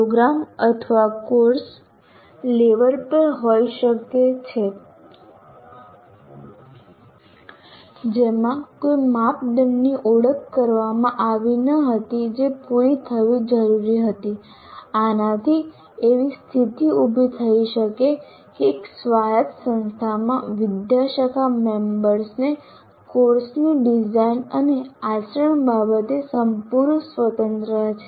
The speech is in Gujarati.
પ્રોગ્રામ અથવા કોર્સ લેવલ પર કોઈ માપદંડની ઓળખ કરવામાં આવી ન હતી જે પૂરી થવી જરૂરી હતી આનાથી એવી સ્થિતિ ઉભી થઈ કે એક સ્વાયત્ત સંસ્થામાં વિદ્યાશાખામેમ્બરને કોર્સની ડિઝાઇન અને આચરણ બાબતે સંપૂર્ણ સ્વતંત્રતા છે